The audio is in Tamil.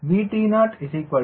VT0 1